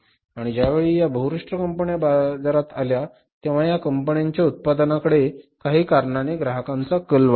आणि ज्यावेळी या बहुराष्ट्रीय कंपन्या बाजारात आल्या तेव्हा त्या कंपन्यांच्या उत्पादन कडे काही कारणाने ग्राहकांचा कल वाढला